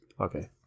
Okay